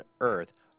earth